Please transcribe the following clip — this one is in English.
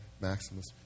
Maximus